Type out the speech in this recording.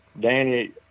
Danny